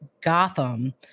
Gotham